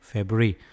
February